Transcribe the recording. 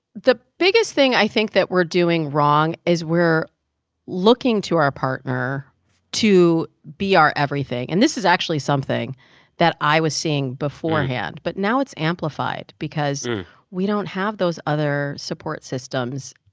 the biggest thing i think that we're doing wrong is we're looking to our partner to be our everything. and this is actually something that i was seeing beforehand. but now it's amplified because we don't have those other support systems.